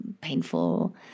painful